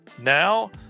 Now